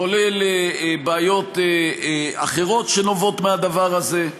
כולל בעיות אחרות שנובעות מהדבר הזה?